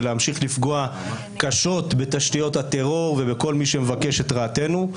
ולהמשיך לפגוע קשות בתשתיות הטרור ובכל מי שמבקש את רעתנו.